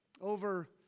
over